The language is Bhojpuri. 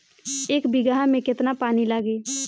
एक बिगहा में केतना पानी लागी?